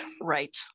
Right